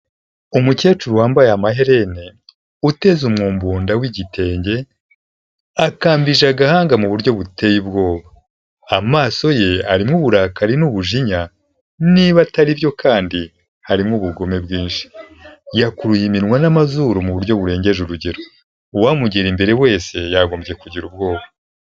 Umukecuru wambaye amaherene uteza umwumbunda w'igitenge, akambije agahanga mu buryo buteye ubwoba, amaso ye arimo uburakari n'ubujinya niba atari byo kandi harimo ubugome bwinshi, yakuruye iminwa n'amazuru mu buryo burengeje urugero, uwamugera imbere wese yagombye kugira ubwoba.